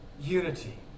unity